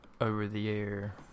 over-the-air